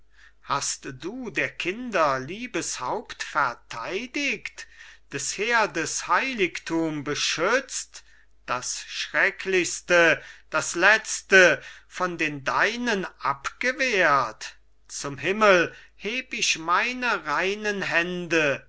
hast du der kinder liebes haupt verteidigt des herdes heiligtum beschützt das schrecklichste das letzte von den deinen abgewehrt zum himmel heb ich meine reinen hände